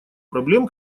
проблем